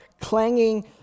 clanging